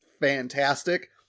fantastic